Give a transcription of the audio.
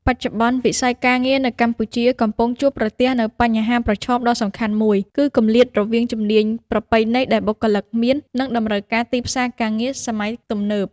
បច្ចុប្បន្ន វិស័យការងារនៅកម្ពុជាកំពុងជួបប្រទះនូវបញ្ហាប្រឈមដ៏សំខាន់មួយ គឺគម្លាតរវាងជំនាញប្រពៃណីដែលបុគ្គលិកមាន និងតម្រូវការទីផ្សារការងារសម័យទំនើប។